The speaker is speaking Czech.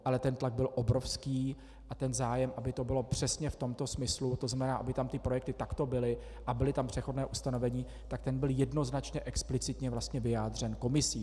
Ale ten tlak byl obrovský a ten zájem, aby to bylo přesně v tomto smyslu, tzn. aby tam ty projekty takto byly a byla tam přechodná ustanovení, ten byl jednoznačně explicitně vyjádřen Komisí.